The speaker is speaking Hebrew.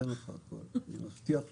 אני אתן לך הכול, אני מבטיח לך.